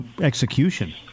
execution